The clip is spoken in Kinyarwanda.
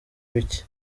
bike